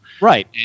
Right